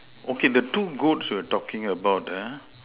okay the two goats we were talking about ah